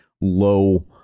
low